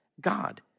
God